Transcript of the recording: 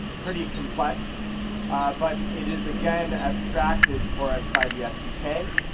pretty complex but it is again abstracted for us by the sdk,